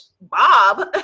Bob